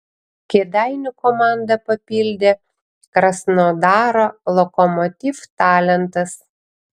kėdainių komandą papildė krasnodaro lokomotiv talentas